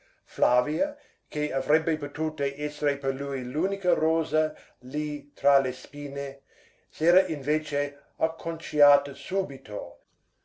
flavia che avrebbe potuto essere per lui l'unica rosa lì tra le spine s'era invece acconciata subito